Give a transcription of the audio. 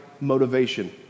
motivation